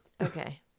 okay